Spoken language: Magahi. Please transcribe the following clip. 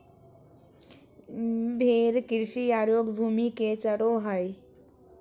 भेड़ कृषि अयोग्य भूमि में चरो हइ